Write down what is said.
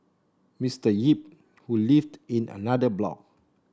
Mister Yip who lived in another block